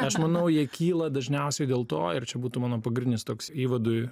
aš manau jie kyla dažniausiai dėl to ir čia būtų mano pagrindinis toks įvadui